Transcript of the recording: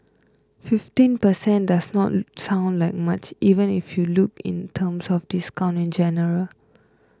fifteen per cent does not sound like much even if you look in terms of discount in general